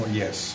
yes